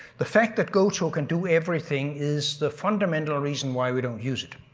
the fact that goto can do everything is the fundamental reason why we don't use it.